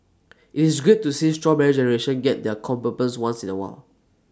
IT is great to see Strawberry Generation get their comeuppance once in A while